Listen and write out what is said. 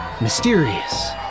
mysterious